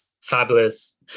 fabulous